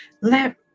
Let